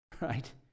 right